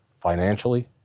financially